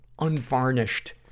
unvarnished